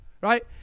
right